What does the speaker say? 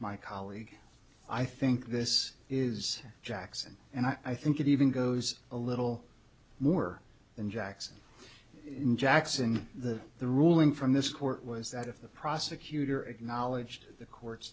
my colleague i think this is jackson and i think it even goes a little more than jackson in jackson the the ruling from this court was that if the prosecutor acknowledged the court